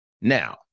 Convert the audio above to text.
Now